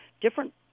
different